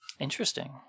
interesting